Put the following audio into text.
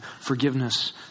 forgiveness